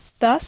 Thus